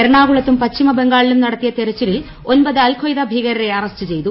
A എറണ്ട്രികുളത്തും പശ്ചിമ ബംഗാളിലും നടത്തിയ തെരച്ചിലിൽ ഒൻപത് അൽ ഖയ്ദ ഭീകരരെ അറസ്റ്റ് ചെയ്തു